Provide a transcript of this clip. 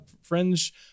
Fringe